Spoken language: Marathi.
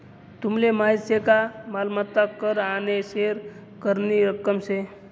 तुमले माहीत शे का मालमत्ता कर आने थेर करनी रक्कम शे